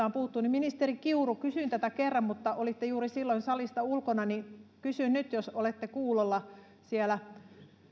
on puhuttu niin ministeri kiuru kysyin tätä kerran mutta olitte juuri silloin salista ulkona niin kysyn nyt jos olette kuulolla siellä